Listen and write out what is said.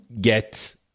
get